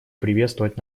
приветствовать